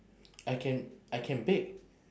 I can I can bake